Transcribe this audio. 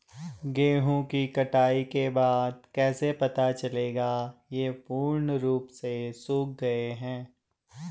गेहूँ की कटाई के बाद कैसे पता चलेगा ये पूर्ण रूप से सूख गए हैं?